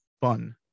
fun